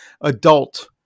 adult